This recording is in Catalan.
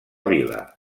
vila